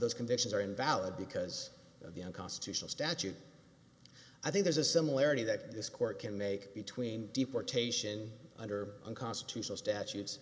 those convictions are invalid because of the unconstitutional statute i think there's a similarity that this court can make between deportation under unconstitutional statutes